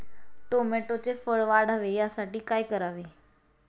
टोमॅटोचे फळ वाढावे यासाठी काय करावे?